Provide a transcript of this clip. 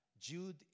Jude